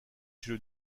chez